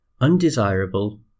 undesirable